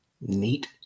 Neat